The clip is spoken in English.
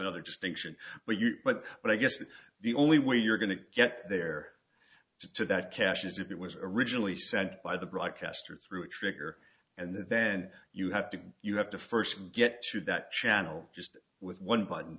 another distinction for you but i guess the only way you're going to get there to that cache is if it was originally sent by the broadcaster through a trigger and then you have to you have to first get to that channel just with one button